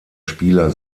spieler